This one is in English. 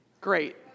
Great